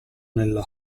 nella